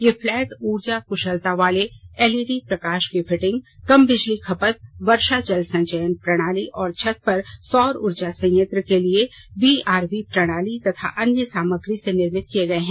ये फ्लैट ऊर्जा क्शलता वाले एलईडी प्रकाश की फिटिंग कम बिजली खपत वर्षा जल संचयन प्रणाली और छत पर सौर ऊर्जा संयंत्र के लिए वीआरवी प्रणाली तथा अन्य सामग्री से निर्मित किए गए हैं